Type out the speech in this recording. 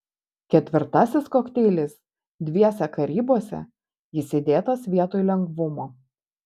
ketvirtasis kokteilis dviese karibuose jis įdėtas vietoj lengvumo